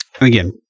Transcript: again